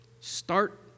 start